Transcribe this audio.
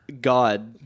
God